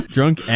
Drunk